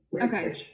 Okay